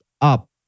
up